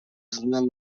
açısından